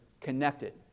connected